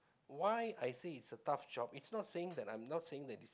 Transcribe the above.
why I say it's a tough job it's not saying that I'm not saying that